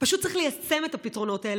פשוט צריך ליישם את הפתרונות האלה.